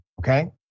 okay